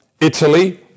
Italy